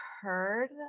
heard